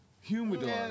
Humidor